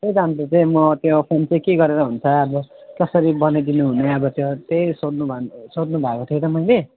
तेही त अनि त त्यही म त्यो फोन चाहिँ के गरेर हुन्छ अब कसरी बनाइदिनुहुने अब त्यहाँ त्यही सोध्नु भ सोध्नुभएको थियो त मैले